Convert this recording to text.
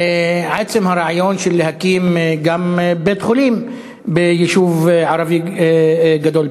עצם הרעיון של להקים בית-חולים גם ביישוב ערבי גדול,